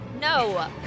No